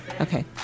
Okay